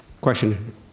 question